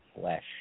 flesh